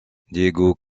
diego